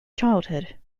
childhood